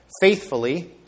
faithfully